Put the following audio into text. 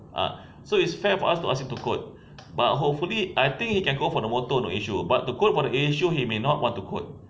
ah so it's fair for us to ask him to quote but hopefully I think he can quote for the motor no issue but to quote for the air issue he may not want to quote